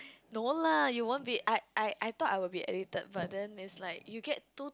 no lah you won't be I I I thought I would be addicted but then is like you get too